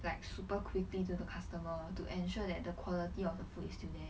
like super quickly to the customer to ensure that the quality of the food is still there